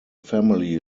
family